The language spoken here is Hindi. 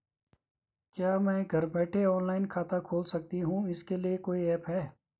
क्या मैं घर बैठे ऑनलाइन खाता खोल सकती हूँ इसके लिए कोई ऐप है?